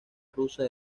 rusa